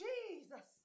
Jesus